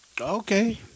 Okay